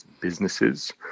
businesses